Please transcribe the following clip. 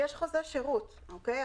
יש חוזה שירות, אוקיי?